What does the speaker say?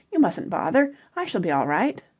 you mustn't bother. i shall be all right.